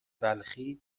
بلخی